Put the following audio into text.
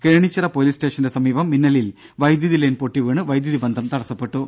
Kenichira police സ്റ്റേഷന്റെ സമീപം മിന്നലിൽ വൈദ്യുതി ലൈൻ പൊട്ടി വീണ് വൈദ്യുതി ബന്ധം തടസ്സപെട്ടു